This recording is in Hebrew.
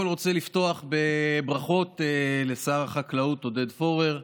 קודם כול אני רוצה לפתוח בברכות לשר החקלאות עודד פורר,